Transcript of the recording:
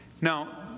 Now